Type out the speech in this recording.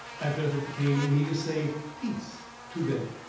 i felt it became me to say peace to them,